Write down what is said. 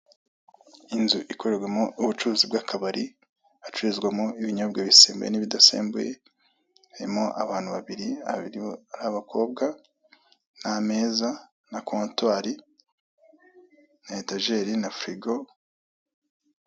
Inzu ikorerwamo ubucuruzi bw'akabari hacururizwamo ibinyobwa bisembuye n'ibidasembuye harimo abantu babiri aribo abakobwa n'ameza na kontwari na etajeri na firigo.